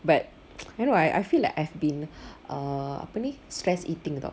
but you know like I feel like I've been err apa ni stress eating [tau]